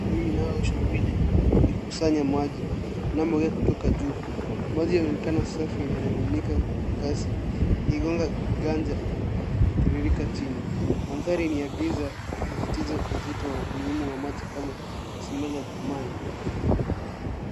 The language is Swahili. Inayooshwa mbili ikikusanya maji iinayomwagika kutoka juu maji yanaonekana safi na yanamiminika kwa kasi ikigonga viganja na kutiririka chini mandhari ni ya giza ikisisitiza uzito wa umuhimu wa maji kama simile ya dhamani